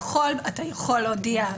אתה יכול להודיע.